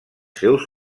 seus